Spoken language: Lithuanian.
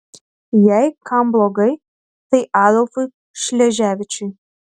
jei kam blogai tai adolfui šleževičiui